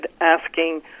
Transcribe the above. asking